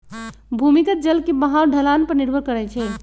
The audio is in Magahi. भूमिगत जल के बहाव ढलान पर निर्भर करई छई